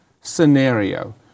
scenario